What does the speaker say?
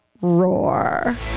Roar